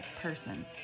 person